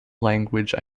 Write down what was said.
language